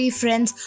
friends